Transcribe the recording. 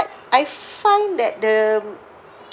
I find that the